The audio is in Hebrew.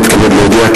הנני מתכבד להודיע,